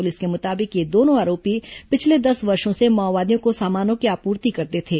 police के मुताबिक ये दोनों आरोपी पिछले दस वर्षो से माओवादियों को सामानों की आपूर्ति करते थे